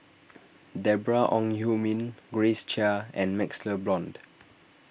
Deborah Ong Hui Min Grace Chia and MaxLe Blond